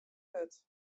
wurd